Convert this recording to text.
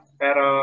pero